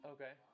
Okay